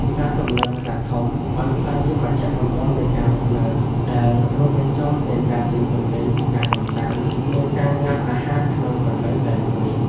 ផ្សារទំនើបខ្នាតធំ បានក្លាយជាមជ្ឈមណ្ឌលនៃការរស់នៅ ដែលរួមបញ្ចូលទាំងការទិញទំនិញ ការកម្សាន្ត និងការញ៉ាំអាហារក្នុងកន្លែងតែមួយ។